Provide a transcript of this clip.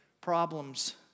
Problems